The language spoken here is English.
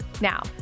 Now